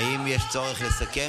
האם יש צורך לסכם?